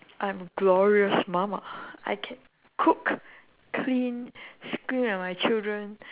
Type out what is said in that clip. I'm glorious mama I can cook clean scream at my children